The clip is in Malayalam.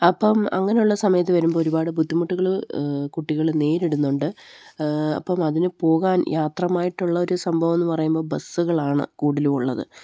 അപ്പം അങ്ങനെയുള്ള സമയത്ത് വരുമ്പോള് ഒരുപാട് ബുദ്ധിമുട്ടുകള് കുട്ടികള് നേരിടുന്നുണ്ട് അപ്പം അതിന് പോകാൻ യാത്രയ്ക്കായിട്ടുള്ളൊരു സംഭവമെന്ന് പറയുമ്പോള് ബസ്സുകളാണ് കൂടുതലുമുള്ളത്